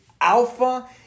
Alpha